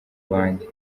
bandi